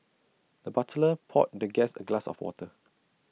the butler poured the guest A glass of water